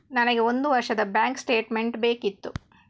ನನಗೆ ಒಂದು ವರ್ಷದ ಬ್ಯಾಂಕ್ ಸ್ಟೇಟ್ಮೆಂಟ್ ಬೇಕಿತ್ತು